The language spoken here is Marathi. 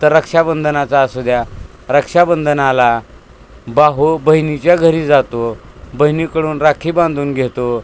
तर रक्षाबंधनाचा असू द्या रक्षाबंधनाला भाऊ बहिणीच्या घरी जातो बहिणीकडून राखी बांधून घेतो